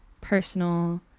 personal